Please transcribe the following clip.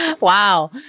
Wow